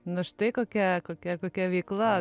na štai kokia kokia kokia veikla